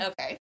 Okay